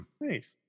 Nice